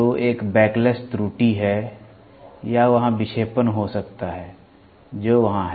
तो एक बैकलेस त्रुटि है या वहाँ विक्षेपण हो सकता है जो वहाँ है